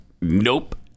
nope